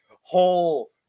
whole